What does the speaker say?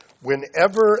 whenever